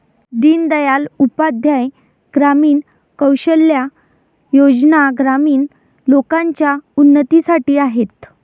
दीन दयाल उपाध्याय ग्रामीण कौशल्या योजना ग्रामीण लोकांच्या उन्नतीसाठी आहेत